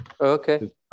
Okay